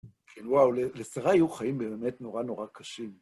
כן, וואו, לסירא יהיו חיים באמת נורא נורא קשים.